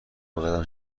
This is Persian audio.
بقدم